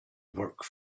work